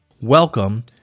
Welcome